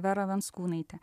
vera venckūnaitė